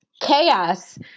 chaos